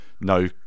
no